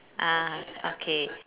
ah okay